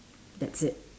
that's it